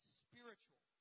spiritual